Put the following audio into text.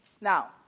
Now